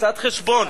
קצת חשבון.